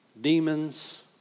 demons